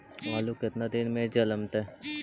आलू केतना दिन में जलमतइ?